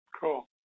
cool